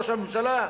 ראש הממשלה,